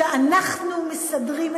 שאנחנו מסדרים,